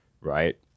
right